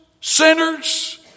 sinners